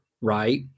Right